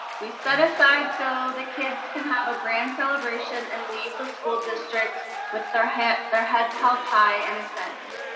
we set aside so the kids can have a grand celebration and leave the school district with their heads their heads held high in a sense,